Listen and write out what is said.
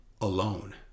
alone